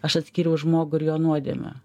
aš atskyriau žmogų ir jo nuodėmę